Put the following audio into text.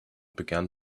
began